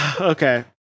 okay